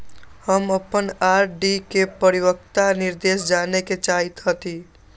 हम अपन आर.डी के परिपक्वता निर्देश जाने के चाहईत हती